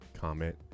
comment